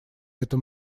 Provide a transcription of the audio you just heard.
этом